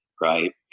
right